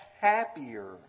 happier